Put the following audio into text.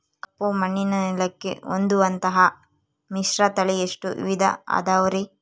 ಕಪ್ಪುಮಣ್ಣಿನ ನೆಲಕ್ಕೆ ಹೊಂದುವಂಥ ಮಿಶ್ರತಳಿ ಎಷ್ಟು ವಿಧ ಅದವರಿ?